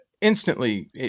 instantly